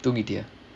two metre